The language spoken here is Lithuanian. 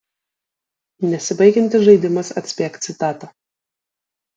nesibaigiantis žaidimas atspėk citatą